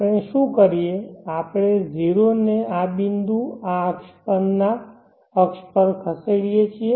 આપણે શું કરીએ આપણે 0 ને આ બિંદુ આ અક્ષર પર ખસેડીએ છીએ